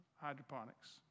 hydroponics